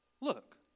Look